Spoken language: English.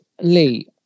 Lee